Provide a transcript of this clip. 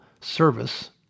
service